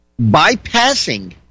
bypassing